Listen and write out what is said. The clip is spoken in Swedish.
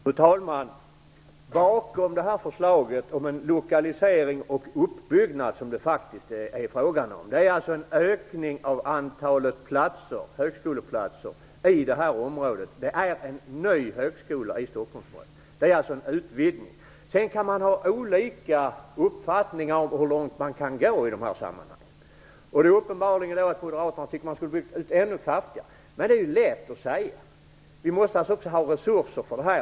Fru talman! Bakom förslaget om en lokalisering och uppbyggnad, som det faktiskt är frågan om, ligger en ökning av antalet högskoleplatser i området. Det blir en ny högskola i Stockholmsområdet. Det är alltså en utvidgning. Man kan ha olika uppfattning om hur långt man kan gå i dessa sammanhang. Det är uppenbarligen så, att Moderaterna tycker att man skulle ha byggt ut ännu kraftigare. Det är lätt att säga. Vi måste också ha resurser för det.